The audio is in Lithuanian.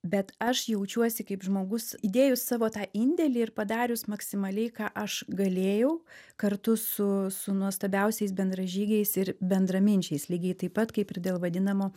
bet aš jaučiuosi kaip žmogus įdėjus savo tą indėlį ir padarius maksimaliai ką aš galėjau kartu su su nuostabiausiais bendražygiais ir bendraminčiais lygiai taip pat kaip ir dėl vadinamo